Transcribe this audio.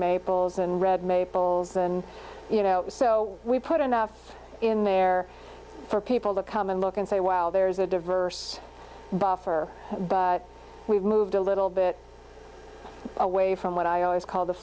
maples and red maples and you know so we put enough in there for people to come and look and say while there's a diverse buffer we've moved a little bit away from what i always call the